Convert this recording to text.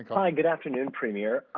hi, good afternoon, premier.